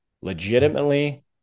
legitimately